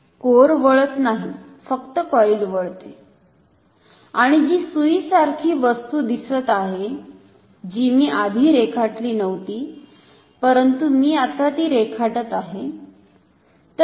core वळत नाही फक्त कॉईल वळते आणि जी सुईसारखी वस्तू दिसत आहे जी मी आधी रेखाटली नव्हती परंतु मी आता ती रेखाटत आहे